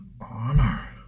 honor